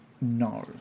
No